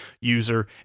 user